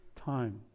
time